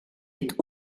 est